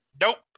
Nope